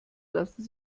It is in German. lassen